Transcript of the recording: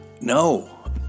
no